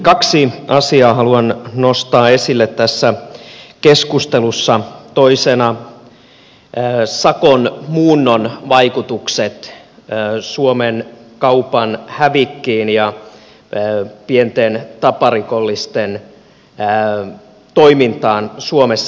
kaksi asiaa haluan nostaa esille tässä keskustelussa toisena sakon muunnon vaikutukset suomen kaupan hävikkiin ja pienten taparikollisten toimintaan suomessa